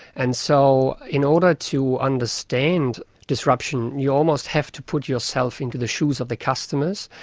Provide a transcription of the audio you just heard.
and so in order to understand disruption you almost have to put yourself into the shoes of the customers,